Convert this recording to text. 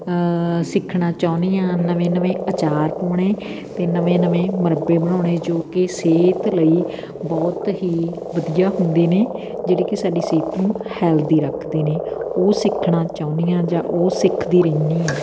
ਸਿੱਖਣਾ ਚਾਹੁੰਦੀ ਹਾਂ ਨਵੇਂ ਨਵੇਂ ਆਚਾਰ ਪਾਉਣੇ ਅਤੇ ਨਵੇਂ ਨਵੇਂ ਮਰੱਬੇ ਬਣਾਉਣੇ ਜੋ ਕਿ ਸਿਹਤ ਲਈ ਬਹੁਤ ਹੀ ਵਧੀਆ ਹੁੰਦੇ ਨੇ ਜਿਹੜੀ ਕਿ ਸਾਡੀ ਸਿਹਤ ਨੂੰ ਹੈਲਦੀ ਰੱਖਦੇ ਨੇ ਉਹ ਸਿੱਖਣਾ ਚਾਹੁੰਦੀ ਹਾਂ ਜਾ ਉਹ ਸਿੱਖਦੀ ਰਹਿੰਦੀ ਹਾਂ